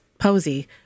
Posey